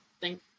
thank